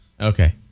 Okay